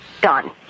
Done